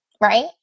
right